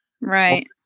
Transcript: Right